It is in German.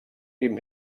dem